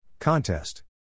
Contest